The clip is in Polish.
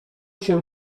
się